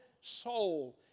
soul